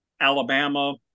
Alabama